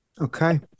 Okay